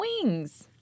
Wings